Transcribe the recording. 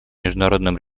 международном